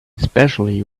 especially